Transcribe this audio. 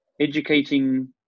educating